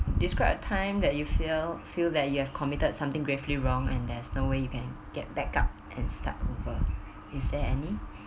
described a time that you feel feel that you have committed something gravely wrong and there's no way you can get back up and start over is there any for you